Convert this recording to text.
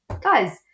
Guys